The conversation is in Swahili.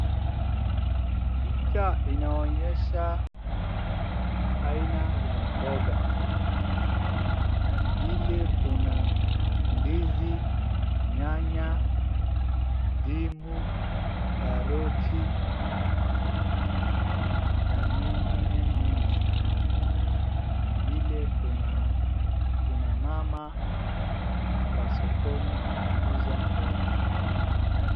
Picha inaonyesha aina ya mboga, vile kuna ndizi, nyanya, ndimu, karoti na mengine mengi sana. Vile kuna kina mama wa sokoni wakiuza mboga.